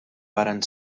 varen